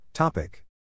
Topic